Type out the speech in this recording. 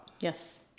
Yes